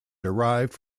derived